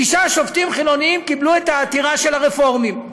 תשעה שופטים חילונים קיבלו את העתירה של הרפורמים.